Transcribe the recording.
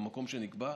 במקום שנקבע,